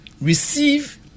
Receive